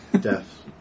Death